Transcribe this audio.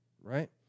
right